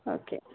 okay